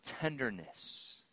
tenderness